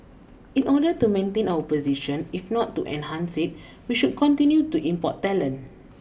in order to maintain our position if not to enhance it we should continue to import talent